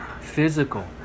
physical